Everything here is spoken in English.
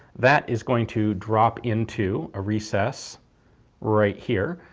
that is going to drop into a recess right here,